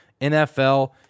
NFL